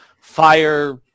fire –